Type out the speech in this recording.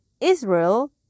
Israel